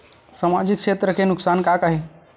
सामाजिक क्षेत्र के नुकसान का का हे?